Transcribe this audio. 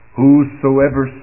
whosoever